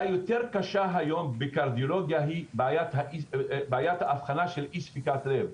יותר קשה היום בקרדיולוגיה היא בעיית האבחנה של אי ספיקת לב.